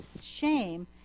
shame